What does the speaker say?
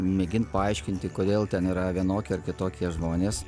mėgint paaiškinti kodėl ten yra vienokie ar kitokie žmonės